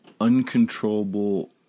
uncontrollable